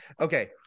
Okay